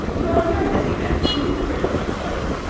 well, you're missing them, too, retorted toad.